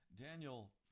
Daniel